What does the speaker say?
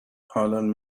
harlan